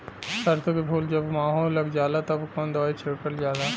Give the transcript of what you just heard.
सरसो के फूल पर जब माहो लग जाला तब कवन दवाई छिड़कल जाला?